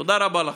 תודה רבה לכם.